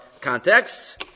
contexts